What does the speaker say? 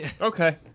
okay